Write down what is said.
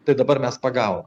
tai dabar mes pagavom